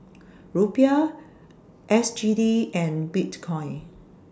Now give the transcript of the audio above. Rupiah S G D and Bitcoin